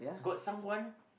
got someone